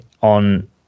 on